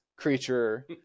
creature